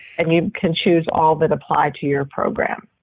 and you can choose all that apply to your program.